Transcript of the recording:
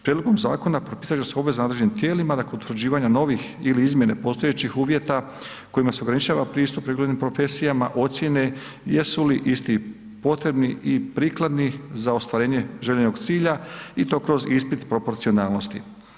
Prijedlogom zakona propisat će se obveza nadležnim tijelima da kod utvrđivanja novih ili izmjene postojećih uvjeta kojima se ograničava pristup reguliranim profesijama ocijene jesu li isti potrebni i prikladni za ostvarenje željenog cilja i to kroz ispit proporcionalnosti.